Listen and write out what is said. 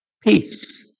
peace